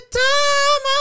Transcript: time